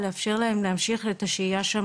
לאפשר להם להמשיך את השהייה שם,